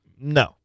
No